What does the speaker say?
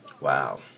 Wow